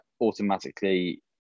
automatically